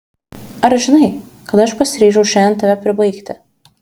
ar žinai kad aš pasiryžau šiandien tave pribaigti